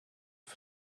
for